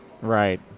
Right